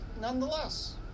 nonetheless